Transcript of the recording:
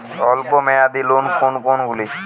অল্প মেয়াদি লোন কোন কোনগুলি?